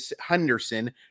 Henderson